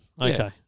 Okay